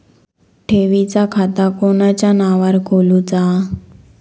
ठेवीचा खाता कोणाच्या नावार खोलूचा?